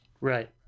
Right